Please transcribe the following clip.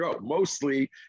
mostly